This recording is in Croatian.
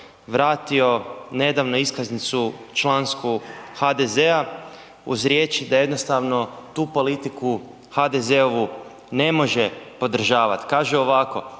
vratio nedavno iskaznicu člansku HDZ-a uz riječi da jednostavno tu politiku HDZ-ovu ne može podržavati. Kaže ovako,